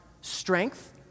strength